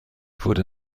wurde